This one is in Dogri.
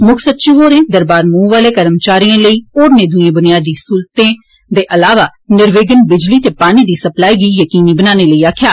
मुक्ख सचिव होरें दरबार मूव आले कर्मचारिएं लेई होरने दुइएं बुनियादी सहूलतें दे अलावा निर्विघ्न बिजली ते पानी दी सप्लाई गी यकीनी बनाने लेई आक्खेआ